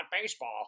baseball